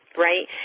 right,